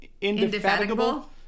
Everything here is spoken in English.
indefatigable